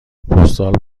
پستال